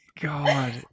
God